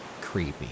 creepy